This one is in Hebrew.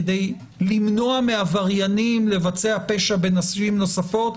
כדי למנוע מעבריינים לבצע פשע בנשים נוספות,